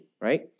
right